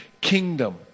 kingdom